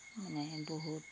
মানে বহুত